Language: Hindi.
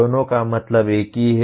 दोनों का मतलब एक ही है